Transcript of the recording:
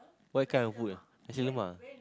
what kind of food ah nasi-lemak